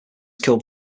killed